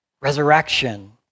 resurrection